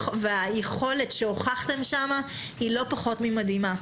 והיכולת שהוכחתם שם היא לא פחות ממדהימה.